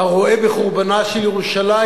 הרואה בחורבנה של ירושלים